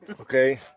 Okay